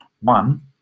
one